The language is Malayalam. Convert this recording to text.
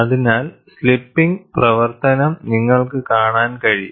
അതിനാൽ സ്ലിപ്പിംഗ് പ്രവർത്തനം നിങ്ങൾക്ക് കാണാൻ കഴിയും